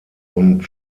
und